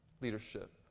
leadership